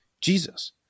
Jesus